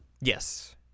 yes